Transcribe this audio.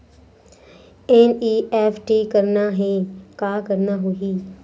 NEFT करना हे का करना होही?